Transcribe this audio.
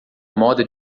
moda